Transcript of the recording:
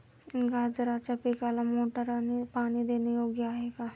गाजराच्या पिकाला मोटारने पाणी देणे योग्य आहे का?